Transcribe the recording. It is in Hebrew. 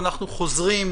ואנחנו חוזרים,